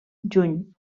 juny